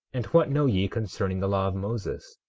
and what know ye concerning the law of moses?